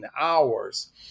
hours